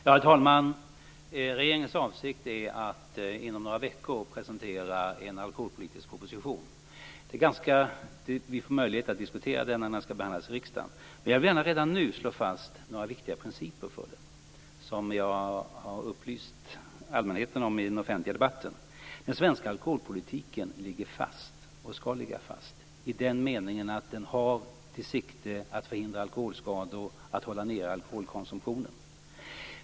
Herr talman! Regeringens avsikt är att inom några veckor presentera en alkoholpolitisk proposition. Vi får möjlighet att diskutera den när den skall behandlas i riksdagen. Jag vill gärna redan nu slå fast några viktiga principer, som jag har upplyst allmänheten om i den offentliga debatten. Den svenska alkoholpolitiken ligger fast och skall ligga fast i den meningen att den har till syfte att förhindra alkoholskador och att hålla nere alkoholkonsumtionen.